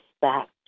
back